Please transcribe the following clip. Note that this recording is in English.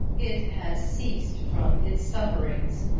it has ceased from its sufferings,